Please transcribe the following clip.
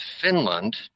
Finland